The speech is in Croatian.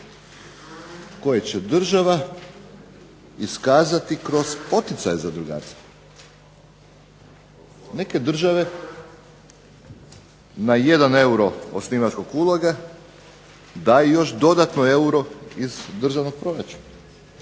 koje će država iskazati kroz poticaje zadrugarstva. Neke države na jedan euro osnivačkog uloga daju još dodatno euro iz državnog proračuna.